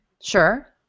Sure